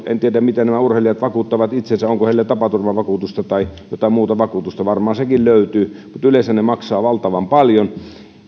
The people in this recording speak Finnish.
en tiedä miten nämä urheilijat vakuuttavat itsensä onko heillä tapaturmavakuutusta tai jotain muuta vakuutusta varmaan sekin löytyy mutta yleensä ne maksavat valtavan paljon